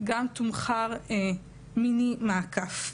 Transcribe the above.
תומחר גם מיני מעקף.